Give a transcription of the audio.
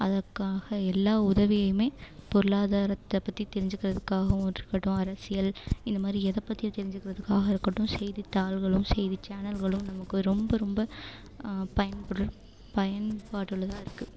அதுக்காக எல்லா உதவியையுமே பொருளாதாரத்தை பற்றி தெரிஞ்சுக்கிறதுக்காகவும் இருக்கட்டும் அரசியல் இந்த மாதிரி எதை பற்றி தெரிஞ்சுக்கிறதுக்காக இருக்கட்டும் செய்தித்தாள்களும் செய்திச் சேனல்களும் நமக்கு ரொம்ப ரொம்ப பயன்படுகிற பயன்பாடுள்ளதாக இருக்குது